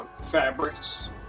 fabrics